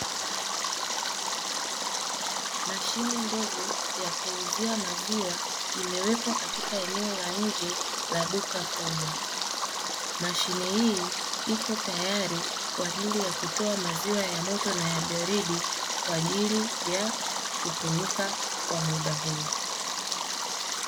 Mashine ndogo ya kuuzia maziwa, imewekwa katika eneo la nje ya dukwa kubwa. Mashine hii iko tayari kwa ajili ya kutoa maziwa ya moto na ya baridi, kwa ajili ya kutumika kwa muda huu.